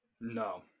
No